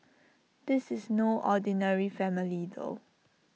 this is no ordinary family though